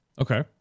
Okay